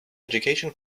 education